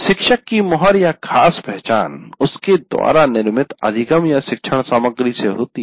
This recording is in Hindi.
शिक्षक की मोहरखास पहचान उसके द्वारा निर्मित अधिगमशिक्षण सामग्री से होती है